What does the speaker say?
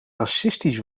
racistisch